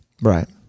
Right